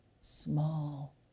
small